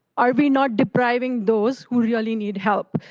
are we not depriving those who really need help?